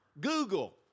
Google